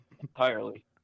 entirely